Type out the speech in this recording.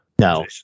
No